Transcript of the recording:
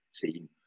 team